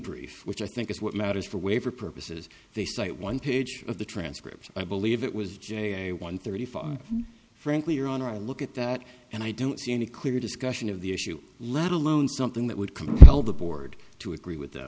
brief which i think is what matters for waiver purposes they cite one page of the transcript i believe it was j one thirty four frankly your honor i look at that and i don't see any clear discussion of the issue let alone something that would compel the board to agree with them